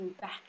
back